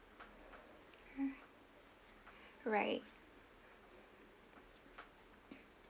right